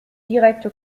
direkte